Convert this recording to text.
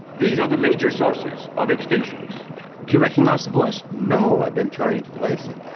these are the major sources of extinctions. do you recognise the voice? no, i've been trying to place it.